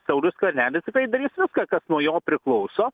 saulius skvernelis tikrai darys viską kas nuo jo priklauso